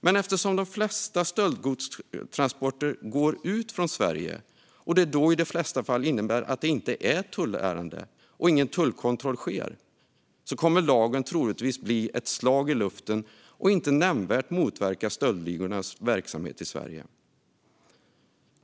Men eftersom de flesta stöldgodstransporter går ut från Sverige, och att det då i de flesta fall innebär att det inte är ett tullärende och ingen tullkontroll sker, kommer lagen troligtvis att bli ett slag i luften och inte nämnvärt hindra motverka stöldligornas verksamhet i Sverige.